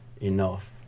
enough